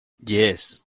yes